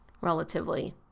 relatively